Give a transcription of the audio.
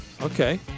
Okay